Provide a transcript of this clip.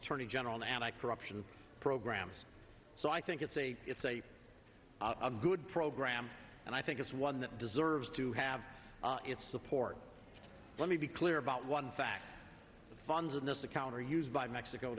attorney general and i corruption programs so i think it's a it's a a good program and i think it's one that deserves to have its support let me be clear about one fact the funds in this account are used by mexico